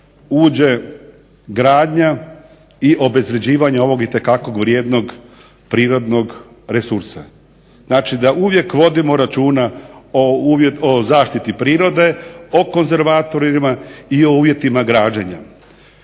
uđe gradnja i obezvređivanje ovog itekako vrijednog prirodnog resursa. Znači, da uvijek vodimo računa o zaštiti prirodi, o konzervatorima i o uvjetima građenja.